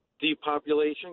depopulation